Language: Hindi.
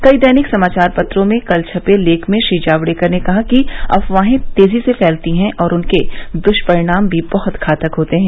कई दैनिक समाचार पत्रों में कल छपे लेख में श्री जावड़ेकर ने कहा कि अफवाहें तेजी से फैलती हैं और उनके दृष्परिणाम भी बहुत घातक होते हैं